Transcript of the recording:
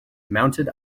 mounted